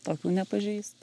tokių nepažįstu